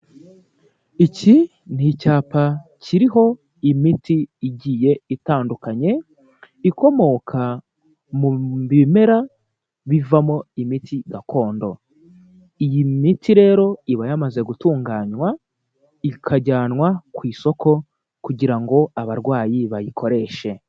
Iki ni icyapa kiriho imiti igiye itandukanye, ikomoka mu bimera bivamo imiti gakondo, iyi miti rero iba yamaze gutunganywa, ikajyanwa ku isoko kugira ngo abarwayi bayikoreshe.